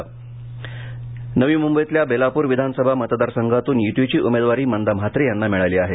उमेदवारी नवी मुंबईतल्या बेलापूर विधानसभा मतदारसंघातून यूतीची उमेदवारी मंदा म्हात्रे यांना मिळाली आहे